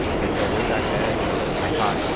and so way back then you know, i thought,